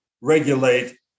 regulate